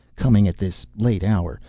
coming at this late hour.